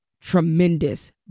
tremendous